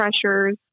pressures